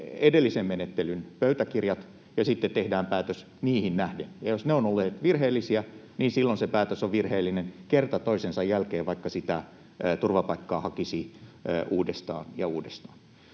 edellisen menettelyn pöytäkirjat ja sitten tehdään päätös niihin nähden, ja jos ne ovat olleet virheellisiä, niin silloin se päätös on virheellinen kerta toisensa jälkeen, vaikka sitä turvapaikkaa hakisi uudestaan ja uudestaan.